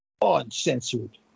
Uncensored